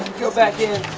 back in.